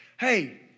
Hey